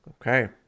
Okay